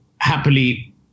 happily